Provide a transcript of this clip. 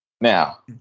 now